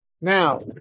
Now